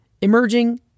Emerging